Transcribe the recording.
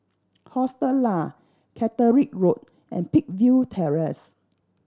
Hostel Lah Catterick Road and Peakville Terrace